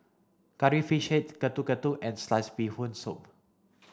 curry fish head Getuk Getuk and sliced Bee Hoon soup